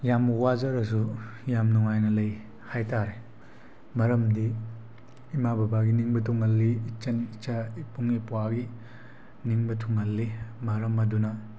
ꯌꯥꯝ ꯋꯥꯖꯔꯁꯨ ꯌꯥꯝ ꯅꯨꯡꯉꯥꯏꯅ ꯂꯩ ꯍꯥꯏꯕ ꯇꯥꯔꯦ ꯃꯔꯝꯗꯤ ꯏꯃꯥ ꯕꯕꯥꯒꯤ ꯅꯤꯡꯕ ꯊꯨꯡꯍꯜꯂꯤ ꯏꯆꯟ ꯏꯆꯥ ꯏꯕꯨꯡ ꯏꯄ꯭ꯋꯥꯒꯤ ꯅꯤꯡꯕ ꯊꯨꯡꯍꯜꯂꯤ ꯃꯔꯝ ꯑꯗꯨꯅ